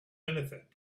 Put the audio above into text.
anything